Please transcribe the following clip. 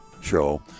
show